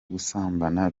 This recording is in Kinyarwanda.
gusambana